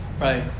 Right